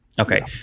Okay